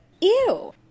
Ew